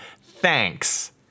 Thanks